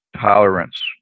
tolerance